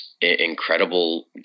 incredible